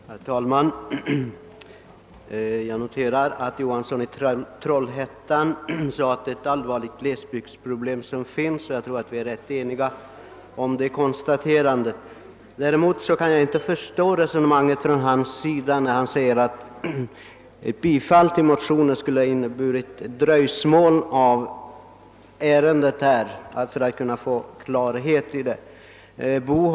Herr talman! Jag noterar att herr Johansson i Trollhättan sade att det här föreligger ett allvarligt glesbygdsproblem. Jag tror att vi alla kan vara rätt eniga om det konstaterandet. Däremot kan jag inte förstå herr Johanssons resonemang att ett bifall till motionen skulle ha medfört ett dröjsmål när det gäller att vinna klarhet i detta ärende.